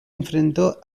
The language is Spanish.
enfrentó